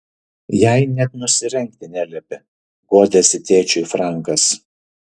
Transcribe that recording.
jai net nusirengti neliepė guodėsi tėčiui frankas